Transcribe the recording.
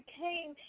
came